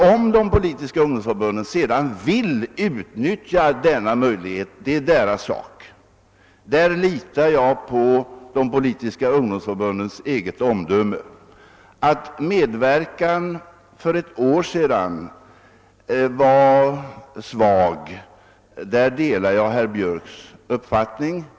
Om förbunden sedan vill utnyttja detta tillfälle är deras sak, och därvidlag litar jag på deras eget omdöme. Medverkan för ett år sedan var svag, på den punkten delar jag herr Björcks i Nässjö uppfattning.